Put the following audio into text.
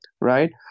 right